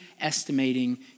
estimating